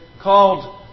called